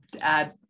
add